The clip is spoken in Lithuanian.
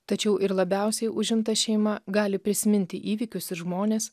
tačiau ir labiausiai užimta šeima gali prisiminti įvykius ir žmones